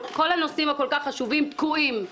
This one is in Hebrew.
כל הנושאים הכל כך חשובים תקועים.